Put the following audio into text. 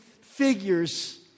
figures